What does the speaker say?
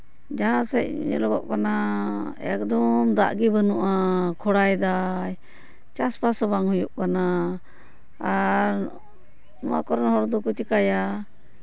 ᱡᱟᱦᱟᱸ ᱥᱮᱫ ᱧᱮᱞᱚᱜᱚᱜ ᱠᱟᱱᱟ ᱮᱠᱫᱚᱢ ᱫᱟᱜ ᱜᱮ ᱵᱟᱹᱱᱩᱜᱼᱟ ᱠᱷᱚᱨᱟ ᱮᱫᱟᱭ ᱪᱟᱥᱼᱵᱟᱥ ᱦᱚᱸ ᱵᱟᱝ ᱦᱩᱭᱩᱜ ᱠᱟᱱᱟ ᱟᱨ ᱱᱚᱣᱟ ᱠᱚᱨᱮᱱ ᱦᱚᱲ ᱫᱚᱠᱚ ᱪᱤᱠᱟᱹᱭᱟ